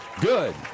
good